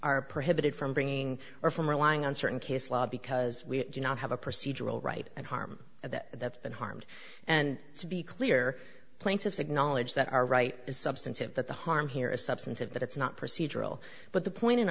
are prohibited from bringing or from relying on certain case law because we do not have a procedural right and harm that that's been harmed and to be clear plaintiffs acknowledge that our right is substantive that the harm here is substantive that it's not procedural but the point in